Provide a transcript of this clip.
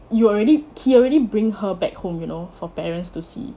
you already he already bring her back home you know for parents to see